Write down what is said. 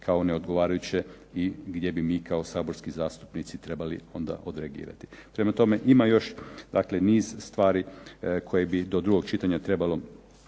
kao neodgovarajuće i gdje bi mi kao saborski zastupnici trebali onda odreagirati. Prema tome, ima još dakle niz stvari koje bi do drugog čitanja trebalo